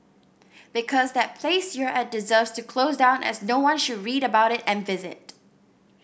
because that place you're at deserves to close down as no one should read about it and visit